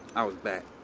i was back.